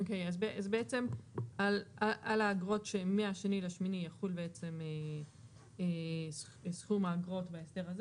אוקי אז בעצם על האגרות שהן מה-2/8 יחול בעצם סכום האגרות בהסדר הזה